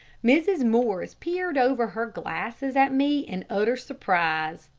mrs. morris peered over her glasses at me in utter surprise.